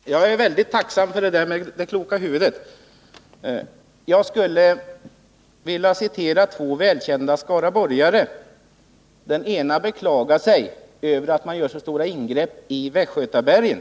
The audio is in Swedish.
Herr talman! Jag är väldigt tacksam för uttalandet om kloka huvuden. Jag skulle vilja återge vad två välkända skaraborgare sagt. Den ene beklagade sig över att det görs så stora ingrepp i Västgötabergen